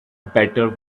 better